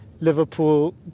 Liverpool